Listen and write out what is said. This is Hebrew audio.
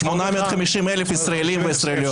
850,000 ישראלים וישראליות.